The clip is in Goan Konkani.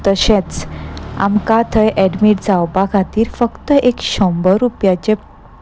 तशेंच आमकां थंय एडमीट जावपा खातीर फक्त एक शंबर रुपयाच